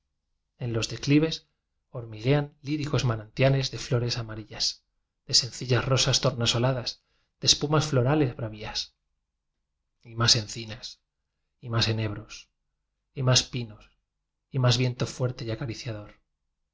en los declives hormi guean líricos manantiales de flores amari so lías de sencillas rosas tornasoladas de espumas florales bravias y más encinas y más enebros y más pinos y más viento fuerte y acariciador